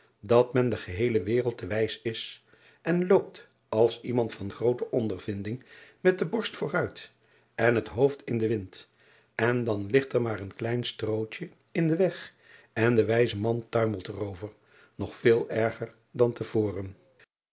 dat men de geheele wereld te wijs is en loopt als iemand van groote ondervinding met de borst vooruit en het hoofd in den wind en dan ligt er maar een klein strootje in den weg en de wijze man tuimelt er over nog veel erger dan te voren